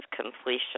completion